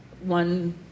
one